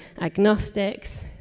agnostics